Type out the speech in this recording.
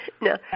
No